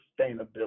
sustainability